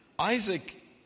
Isaac